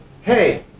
hey